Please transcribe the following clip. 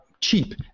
cheap